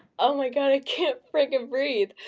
oh my god, i can't freakin breathe.